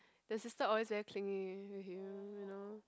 the sister always very clingy with him you know